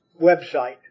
website